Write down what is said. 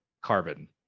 carbon